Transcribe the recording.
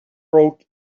broke